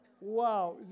Wow